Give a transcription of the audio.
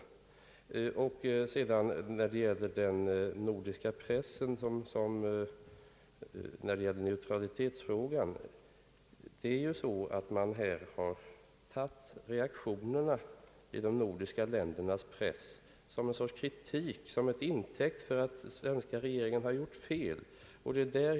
När det gäller den nordiska pressen och vad som där sagts i neutralitetsfrågan har man tagit reaktionerna i denna press till intäkt för att den svenska regeringen har handlat fel.